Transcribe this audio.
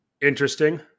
interesting